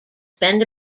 spend